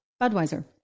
Budweiser